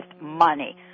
money